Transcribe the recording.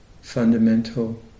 fundamental